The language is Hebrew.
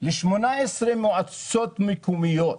ל-18 מועצות מקומיות.